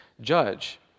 judge